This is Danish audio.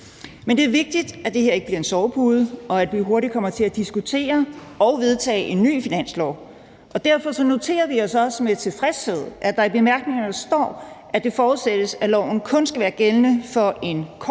Men det er vigtigt, at det her ikke bliver en sovepude, og at vi hurtigt kommer til at diskutere og vedtage en ny finanslov. Og derfor noterer vi os også med tilfredshed, at der i bemærkningerne står, at det forudsættes, at loven kun skal være gældende for en kort